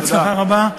בהצלחה רבה.